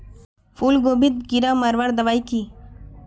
फूलगोभीत कीड़ा मारवार दबाई की?